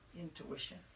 intuition